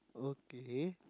okay